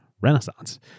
renaissance